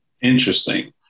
Interesting